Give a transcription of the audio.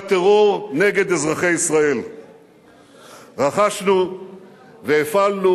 אדוני ראש הממשלה, אמרת שתפיל את